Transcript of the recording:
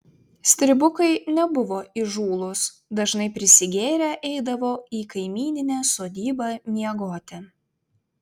stribukai nebuvo įžūlūs dažnai prisigėrę eidavo į kaimyninę sodybą miegoti